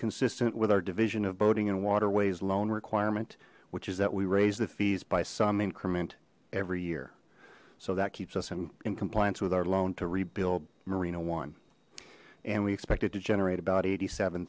consistent with our division of boating and waterways loan requirement which is that we raise the fees by some increment every year so that keeps us in compliance with our loan to rebuild marina one and we expect it to generate about eighty seven